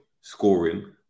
scoring